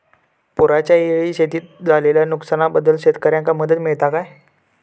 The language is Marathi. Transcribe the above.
पुराच्यायेळी शेतीत झालेल्या नुकसनाबद्दल शेतकऱ्यांका मदत मिळता काय?